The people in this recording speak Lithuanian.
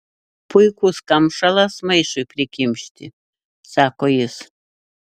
puikus kamšalas maišui prikimšti sako jis